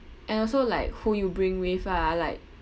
and also like who you bring with ah like